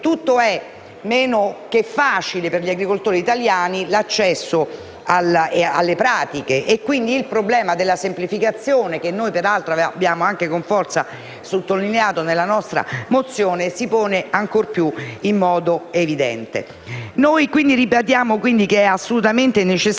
tutt'altro che facile per gli agricoltori italiani l'accesso alle pratiche e, quindi, il problema della semplificazione, che noi peraltro abbiamo con forza sottolineato nella nostra mozione, si pone in modo ancora più evidente. Ribadiamo quindi che è assolutamente necessario